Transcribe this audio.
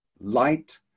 light